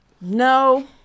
No